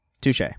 Touche